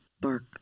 bark